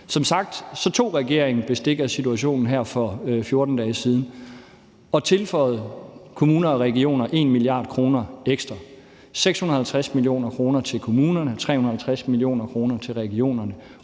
Som sagt tog regeringen bestik af situationen her for 14 dage siden og tilføjede kommuner og regioner 1 mia. kr. ekstra. Det er 650 mio. kr. til kommunerne og 350 mio. kr. til regionerne